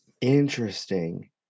Interesting